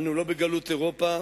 אנו לא בגלות אירופה,